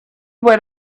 what